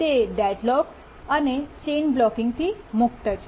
તે ડેડલોક અને ચેઇન બ્લૉકિંગથી મુક્ત છે